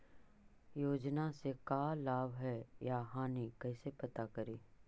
योजना से का लाभ है या हानि कैसे पता करी?